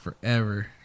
forever